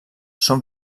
són